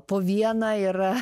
po vieną yra